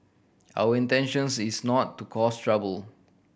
our intentions is not to cause trouble